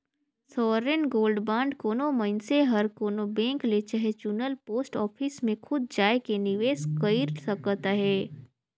sovereign gold bond कोनो मइनसे हर कोनो बेंक ले चहे चुनल पोस्ट ऑफिस में खुद जाएके निवेस कइर सकत अहे